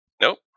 Nope